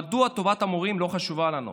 מדוע טובת המורים לא חשובה לנו?